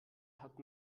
hat